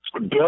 Bill